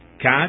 cat